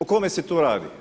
O kome se tu radi?